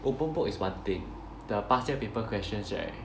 open book is one thing the past year paper questions right